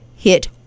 hit